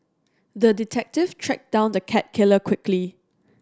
the detective tracked down the cat killer quickly